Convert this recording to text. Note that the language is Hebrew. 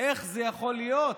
איך זה יכול להיות?